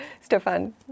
Stefan